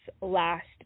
last